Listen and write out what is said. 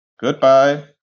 Goodbye